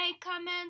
comment